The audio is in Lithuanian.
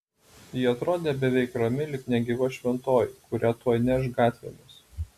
ji atrodė beveik rami lyg negyva šventoji kurią tuoj neš gatvėmis